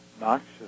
noxious